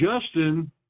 Justin